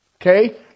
Okay